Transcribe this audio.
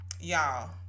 y'all